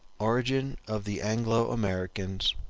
origin of the anglo-americans,